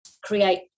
create